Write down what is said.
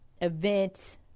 event